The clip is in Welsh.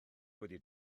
wedi